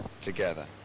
together